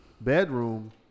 Bedroom